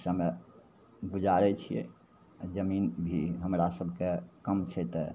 समय गुजारै छिए आओर जमीन भी हमरासभकेँ कम छै तऽ